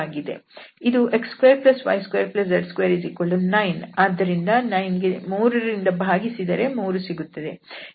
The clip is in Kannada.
ಇದು x2y2z29 ಆದ್ದರಿಂದ 9 ಕ್ಕೆ 3 ರಿಂದ ಭಾಗಿಸಿದರೆ 3 ಸಿಗುತ್ತದೆ